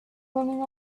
learning